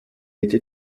était